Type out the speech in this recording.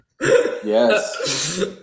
Yes